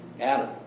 Adam